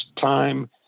time